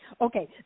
okay